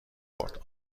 برد